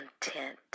content